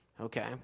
Okay